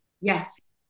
Yes